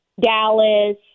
Dallas